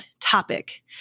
topic